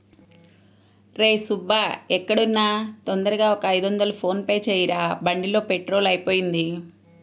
రేయ్ సుబ్బూ ఎక్కడున్నా తొందరగా ఒక ఐదొందలు ఫోన్ పే చెయ్యరా, బండిలో పెట్రోలు అయిపొయింది